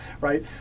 right